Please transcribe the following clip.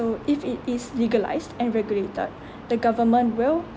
so if it is legalised and regulated the government will